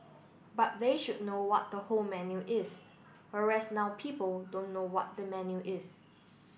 but they should know what the whole menu is whereas now people don't know what the menu is